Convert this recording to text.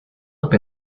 look